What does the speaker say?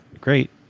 great